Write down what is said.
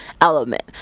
element